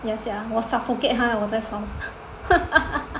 ya sia 我 suffocate 他了了我再烧